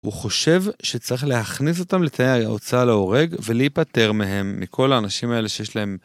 הוא חושב שצריך להכניס אותם לתאי ההוצאה להורג ולהיפטר מהם מכל האנשים האלה שיש להם.